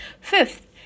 Fifth